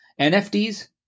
NFTs